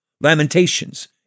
Lamentations